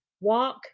Walk